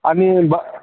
आणि ब